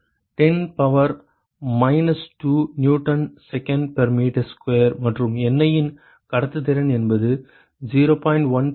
25 into 10 power minus 2 Newton second per meter square மற்றும் எண்ணெயின் கடத்துத்திறன் என்பது 0